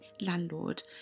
landlord